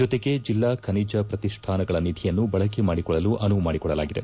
ಜೊತೆಗೆ ಜೆಲ್ಲಾ ಖನಿಜ ಪ್ರತಿಷ್ಣಾನಗಳ ನಿಧಿಯನ್ನು ಬಳಕೆ ಮಾಡಿಕೊಳ್ಳಲು ಅನುವು ಮಾಡಿಕೊಡಲಾಗಿದೆ